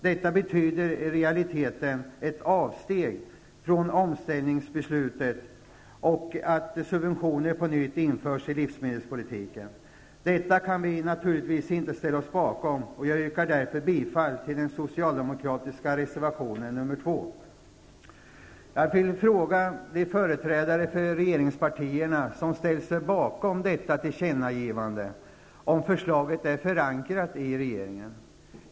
Detta betyder i realiteten ett avsteg från omställningsbeslutet och att subventioner på nytt införs i livsmedelspolitiken. Detta kan vi naturligtvis inte ställa oss bakom. Jag yrkar därför bifall till den socialdemokratiska reservationen nr 2. Jag vill fråga de företrädare för regeringspartierna som har ställt sig bakom detta tillkännagivande om förslaget är förankrat i regeringen.